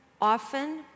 often